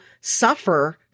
suffer